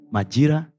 Majira